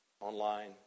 online